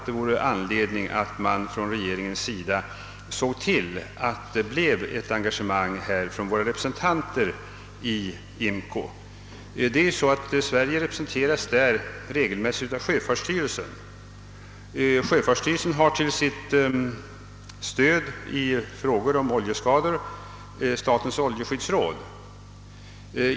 Det vore nog anledning för regeringen att se till att våra representanter i IMCO verkligen driver frågan. Sverige representeras i IMCO av sjöfartsstyrelsen. Denna har till sitt stöd i frågor om oljeskador statens oljeskyddsråd.